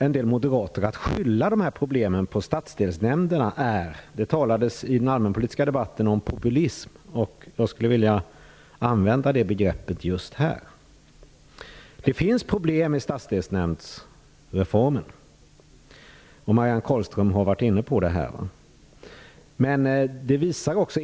En del moderater försöker skylla problemen på stadsdelsnämnderna. Men det är, för att använda det begrepp som förekom i den allmänpolitiska debatten, populism. Det finns problem med stadsdelsnämndsreformen. Marianne Carlström har varit inne på den saken.